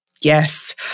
yes